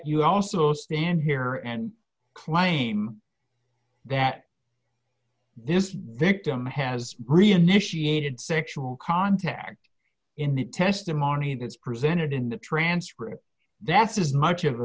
you also stand here and claim that this victim has reinitiated sexual contact in the testimony that is presented in the transcript that's as much of